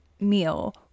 meal